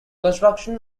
construction